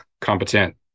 competent